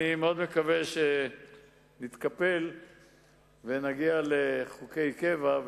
אני מאוד מקווה שנתקפל ונגיע לחוקי קבע,